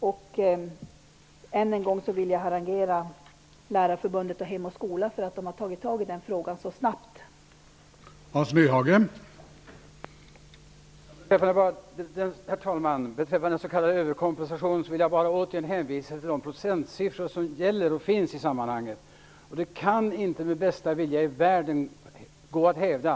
Jag vill än en gång harangera Lärarförbundet och Hem och skola för att de har agerat så snabbt i frågan.